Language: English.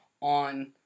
on